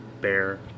bear